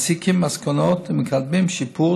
מסיקים מסקנות ומקדמים שיפור